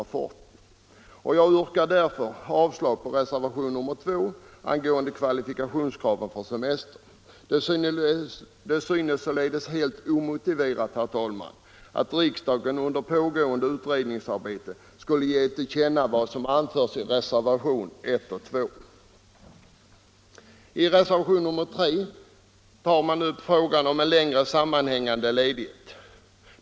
Jag yrkar därför bifall till utskottets hemställan på denna punkt, vilket innebär avslag på reservationen 2 angående kvalifikationskraven för semester. Det synes helt omotiverat, herr talman, att riksdagen under pågående utredningsarbete skulle ge till känna vad som anförts i reservationerna 1 och 2. I reservationen 3 tar man upp frågan om en längre sammanhängande ledighet.